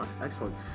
Excellent